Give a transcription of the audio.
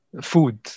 food